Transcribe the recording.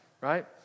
right